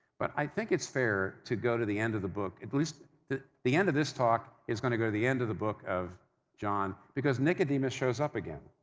but i think it's fair to go to the end of the book, at least, the the end of this talk, is going to go to the end of the book of john because nicodemus shows up again.